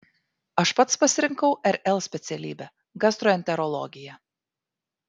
aš pats pasirinkau rl specialybę gastroenterologiją